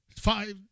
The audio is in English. Five